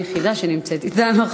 היחידה שנמצאת אתנו,